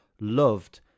loved